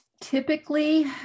Typically